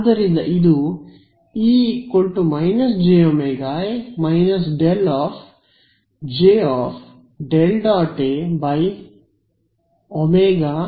ಆದ್ದರಿಂದ ಇದು E − jωA ∇ j∇